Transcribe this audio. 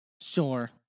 Sure